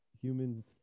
humans